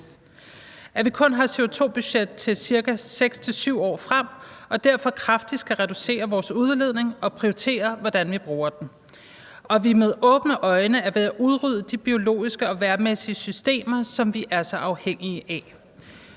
at vi kun har CO2-budget til ca. 6-7 år frem og derfor kraftigt skal reducere vores udledning og prioritere, hvordan vi bruger den, og at vi med åbne øjne er ved at udrydde de biologiske og vejrmæssige systemer, som vi er så afhængige af.